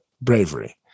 bravery